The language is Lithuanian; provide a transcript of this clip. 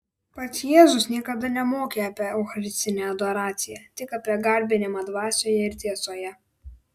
pats jėzus niekada nemokė apie eucharistinę adoraciją tik apie garbinimą dvasioje ir tiesoje